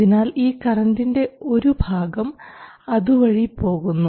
അതിനാൽ ഈ കറൻറിൻറെ ഒരു ഭാഗം അതുവഴി പോകുന്നു